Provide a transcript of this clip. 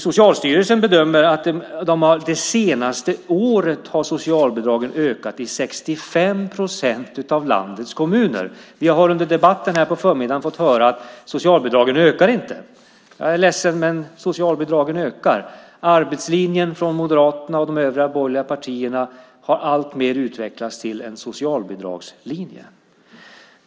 Socialstyrelsen bedömer att socialbidragen det senaste året har ökat i 65 procent av landets kommuner. Vi har under debatten på förmiddagen fått höra att socialbidragen inte ökar. Jag är ledsen, men socialbidragen ökar. Arbetslinjen från Moderaterna och de övriga borgerliga partierna har alltmer utvecklats till en socialbidragslinje.